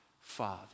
Father